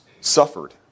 suffered